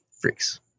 freaks